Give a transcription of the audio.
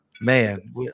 man